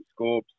Scorps